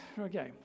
Okay